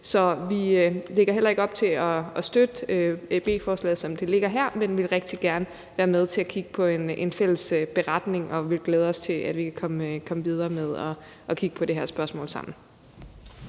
Vi lægger ikke op til at støtte beslutningsforslaget, som det ligger her, men vi vil rigtig gerne være med til at kigge på en fælles beretning, og vi glæder os til at komme videre med at kigge på det her spørgsmål sammen.